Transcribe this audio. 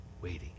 waiting